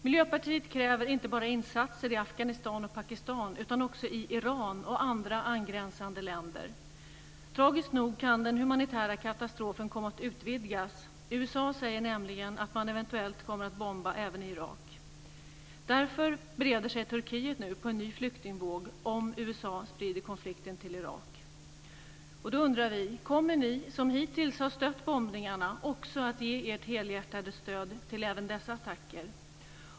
Miljöpartiet kräver inte bara insatser i Afghanistan och Pakistan utan också i Iran och andra angränsande länder. Tragiskt nog kan den humanitära katastrofen komma att utvidgas. USA säger nämligen att man eventuellt kommer att bomba även i Irak. Därför bereder sig Turkiet nu på en ny flyktingvåg om USA sprider konflikten till Irak.